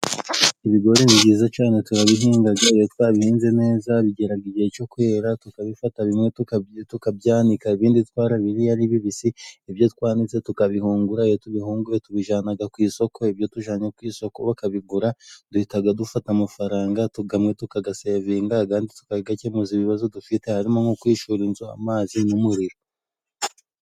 Ibigori ni byiza cyane, turabihinga, twabihinze neza bigera igihe cyo kwera tukabifata, bimwe tukabyanika ibindi twarabiriye ari bibisi. Ibyo twanitse tukabihungura, iyo tubihunguye tubijyana ku isoko, ibyo tujyanye ku isoko bakabigura, duhita dufata amafaranga, amwe tukayasevinga andi tukayakemuza ibibazo dufite harimo nko kwishyura inzu, amazi n'umuriro.